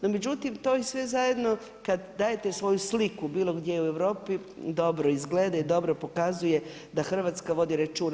No međutim to i sve zajedno kad dajete svoju sliku bilo gdje u Europi dobro izgleda i dobro pokazuje da Hrvatska vodi računa.